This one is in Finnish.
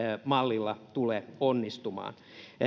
mallilla tule onnistumaan